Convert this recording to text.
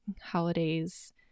holidays